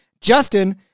justin